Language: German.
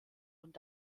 und